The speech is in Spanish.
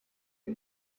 del